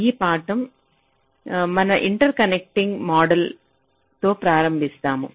ఈ పాఠంలో మనం ఇంటర్కనెక్టింగ్ మోడలింగ్ తో ప్రారంభిస్తాము